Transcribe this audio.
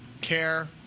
Care